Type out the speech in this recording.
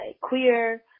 queer